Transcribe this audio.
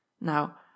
Now